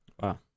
Wow